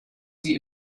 sie